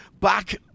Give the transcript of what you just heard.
back